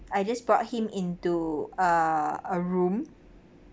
I just brought him into a a room